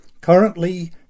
currently